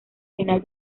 final